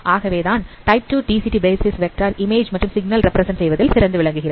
ஆகவே தான் type 2 DCT basis vector image மற்றும் சிக்னல் ரெப்பிரசன்ட் செய்வதில் சிறந்து விளங்குகிறது